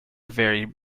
very